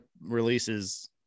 releases